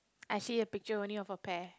I see a picture only of a pear